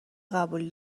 قبول